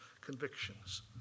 convictions